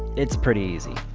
it's pretty easy.